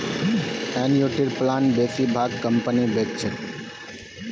एनयूटीर प्लान बेसिर भाग कंपनी बेच छेक